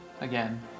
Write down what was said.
Again